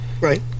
right